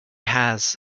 has